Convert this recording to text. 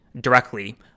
directly